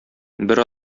бер